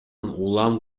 улам